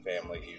family